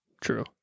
True